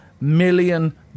Million